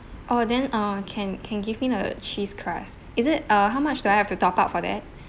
oh then uh can can give me a cheese crust is it uh how much do I have to top up for that